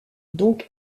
donc